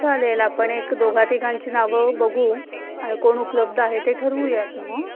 चालेल आपण एक दोघातिघांची नावं बघू आणि कोण उपलब्ध आहे ते ठरवूयात मग